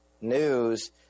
news